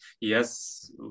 Yes